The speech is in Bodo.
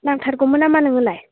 नांथारगौमोन नामा नोंनोलाय